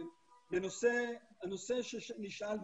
לנושא שנשאל,